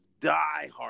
diehard